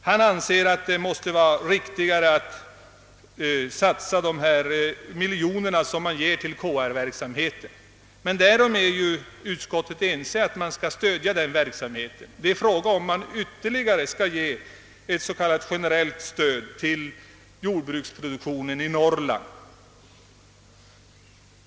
Han anser att det måste vara riktigare att satsa medlen på KR-verksamheten. Men utskottet är enigt om att man skall stödja denna verksamhet. Frågan är om man skall ge ett ytterligare s.k. generellt stöd till jordbruksproduktionen i Norrland.